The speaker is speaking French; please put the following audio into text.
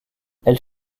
elle